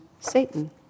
Satan